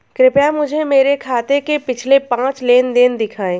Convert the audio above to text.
कृपया मुझे मेरे खाते के पिछले पांच लेन देन दिखाएं